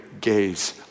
gaze